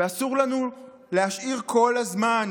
ואסור לנו להשאיר את כל הזמן